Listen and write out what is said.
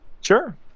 Sure